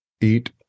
Eat